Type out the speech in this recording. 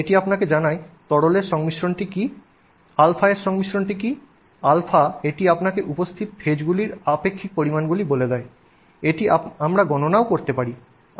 এটি আপনাকে জানায় তরলের সংমিশ্রণটি কী α এর সংমিশ্রণটি কী α এটি আপনাকে উপস্থিত ফেজগুলির আপেক্ষিক পরিমাণগুলি বলে দেয় এটি আমরাও গণনা করতে পারি